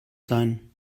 sein